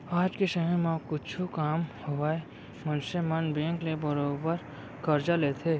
आज के समे म कुछु काम होवय मनसे मन बेंक ले बरोबर करजा लेथें